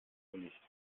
licht